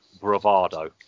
bravado